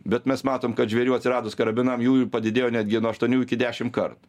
bet mes matom kad žvėrių atsiradus karabinam jų ir padidėjo netgi nuo aštuonių iki dešim kartų